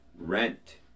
Rent